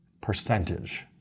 percentage